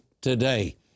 today